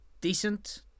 decent